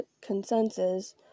consensus